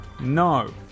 No